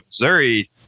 Missouri